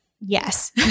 Yes